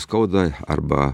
skauda arba